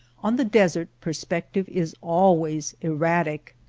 on the desert, per spective is always erratic.